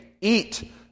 eat